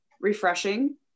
refreshing